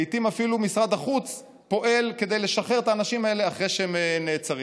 לעיתים אפילו משרד החוץ פועל כדי לשחרר את האנשים האלה אחרי שהם נעצרים.